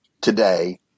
today